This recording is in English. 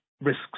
risks